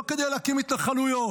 לא כדי להקים התנחלויות,